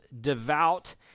devout